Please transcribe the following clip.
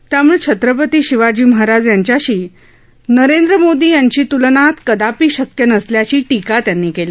त्यामुळे छत्रपती शिवाजी महाराज यांच्याशी नरेंद्र मोदी यांची त्लना कदापि शक्य नसल्याची टीका त्यांनी केली